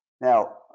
Now